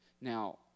Now